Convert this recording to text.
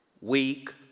Weak